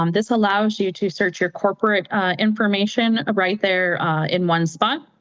um this allows you to search your corporate information right there in one spot.